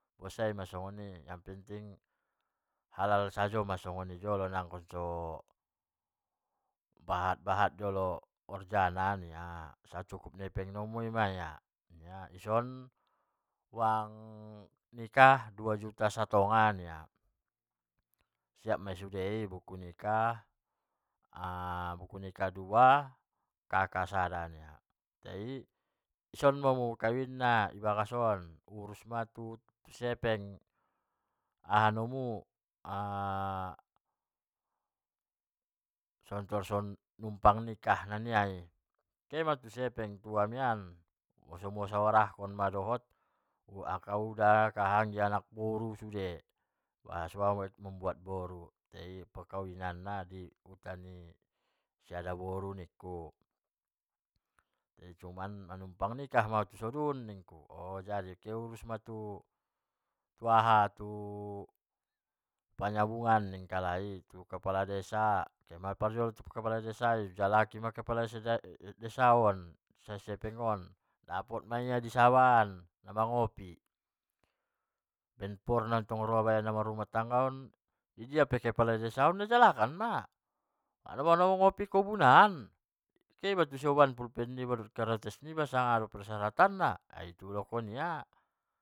O sai masoni jolo naponting halal sajo masoni nakkon so bahat-bahat horjana sacukup ni hepeng muyu i ma nia, ison uang nikah dua juta satonga nia, siap ma sude i buku nikah, buku nikah dua kaka sada nia, tai ison ma hamu kawin na dibagas on, hu urus ma hamu tu sepeng aha namu tarsongon umpah nikah ni hamu nia, kehema tu sepeng tu hamian di musyawarahkon ma sude akka dohot uda anak boru kahanggi sude, so au mambuat boru tai perkawinanna di anak boru nikku, tai cuman numpang nikah ma au tu sadun nikku, oh jadima di urus ma tu aha tu panyabungan ningkalai tu kepela desa, kehema au pajolo tu kepala desa, di jalakan ma kepala desa di desa on, dapot ma ia di sabaon, leng por maroa tong namar rumah tangga on idia pentong kepala desa on di jalakan ma, adong na di kobun an kehe iba tusi oban pulpen niba doohot karotes niba, ingma dongkkon nia.